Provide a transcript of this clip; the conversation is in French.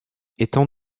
étant